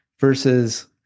versus